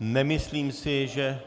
Nemyslím si, že